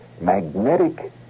magnetic